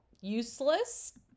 useless